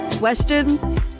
questions